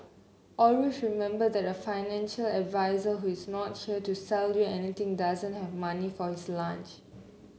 always remember that a financial advisor who is not share to sell you anything doesn't have money for his lunch